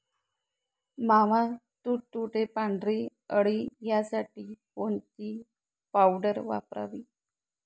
मावा, तुडतुडे, पांढरी अळी यासाठी कोणती पावडर वापरावी?